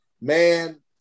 Man